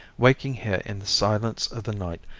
waking here in the silence of the night,